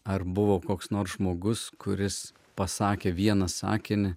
ar buvo koks nors žmogus kuris pasakė vieną sakinį